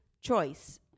choice